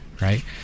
right